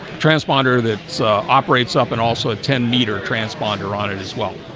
transponder that so operates up and also a ten meter transponder on it as well,